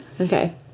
Okay